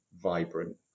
vibrant